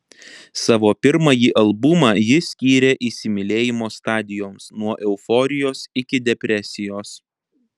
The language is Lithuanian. savo pirmąjį albumą ji skyrė įsimylėjimo stadijoms nuo euforijos iki depresijos